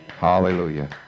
Hallelujah